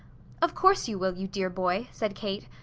of course you will, you dear boy, said kate.